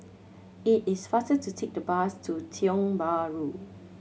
it is faster to take the bus to Tiong Bahru